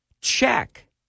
Check